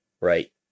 right